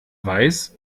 weiß